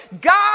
God